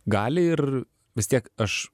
gali ir vis tiek aš